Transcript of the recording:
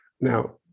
Now